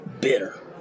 bitter